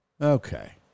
Okay